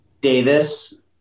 Davis